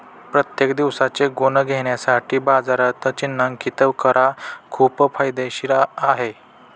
प्रत्येक दिवसाचे गुण घेण्यासाठी बाजारात चिन्हांकित करा खूप फायदेशीर आहे